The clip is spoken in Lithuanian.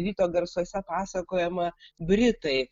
ryto garsuose pasakojama britai